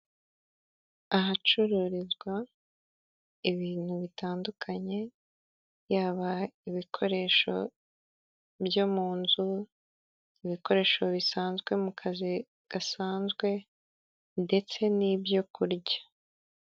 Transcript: Ahacururizwa ibintu bitandukanye yaba ibikoresho byo mu nzu, ibikoresho bisanzwe mu kazi gasanzwe ndetse n'ibyo kurya.